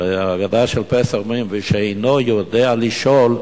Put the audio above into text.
בהגדה של פסח אומרים: "ושאינו יודע לשאול,